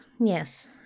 yes